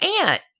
aunt